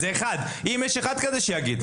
אם יש אחד כזה, שיגיד.